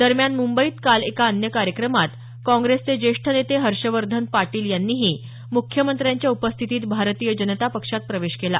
दरम्यान मुंबईत काल अन्य एका कार्यक्रमात काँग्रेसचे ज्येष्ठ नेते हर्षवर्धन पाटील यांनीही मुख्यमंत्र्यांच्या उपस्थितीत भारतीय जनता पक्षात प्रवेश केला